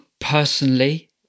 personally